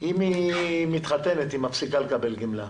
אם היא מתחתנת היא מפסיקה לקבל גמלה.